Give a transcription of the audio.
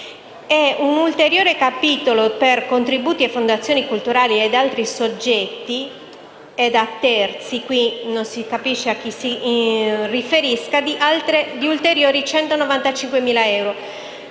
un ulteriore capitolo per contributi a fondazioni culturali ad altri soggetti e a terzi (qui non si capisce a chi si riferisca) con ulteriori 195.000 euro.